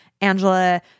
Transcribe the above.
Angela